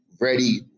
ready